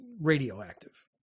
radioactive